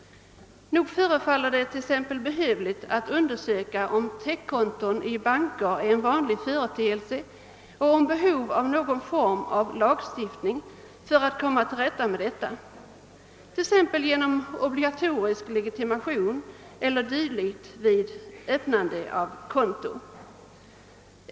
Nog förefaller det t.ex. behövligt att undersöka huruvida täckkonton i banker är en vanlig företeelse och huruvida behov av någon form av lagstiftning för att komma till rätta med detta problem föreligger; det kan ske t.ex. genom obligatorisk legitimation vid öppnande av konto.